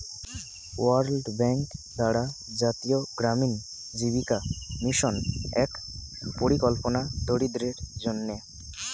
world Bank দ্বারা জাতীয় গ্রামীণ জীবিকা মিশন এক পরিকল্পনা দরিদ্রদের জন্যে